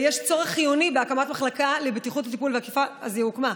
"קיים צורך חיוני בהקמת מחלקה לבטיחות הטיפול והאכיפה" אז היא הוקמה,